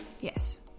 yes